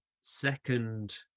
Second